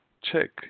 check